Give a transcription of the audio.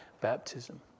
baptism